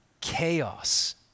Chaos